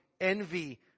envy